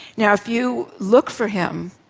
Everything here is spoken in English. now, if you look for him,